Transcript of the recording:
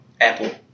apple